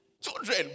Children